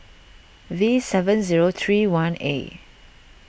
V seven zero three one A